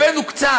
הבאנו קצת,